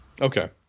Okay